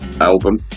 album